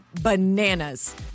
bananas